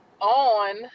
on